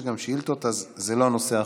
אז זה לא הנושא האחרון.